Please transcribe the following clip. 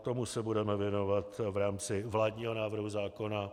Tomu se budeme věnovat v rámci vládního návrhu zákona.